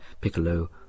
piccolo